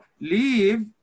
leave